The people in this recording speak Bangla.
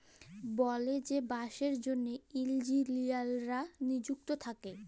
বলেযে চাষে বাসের জ্যনহে ইলজিলিয়াররা লিযুক্ত থ্যাকে